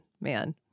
man